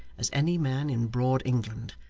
as any man in broad england,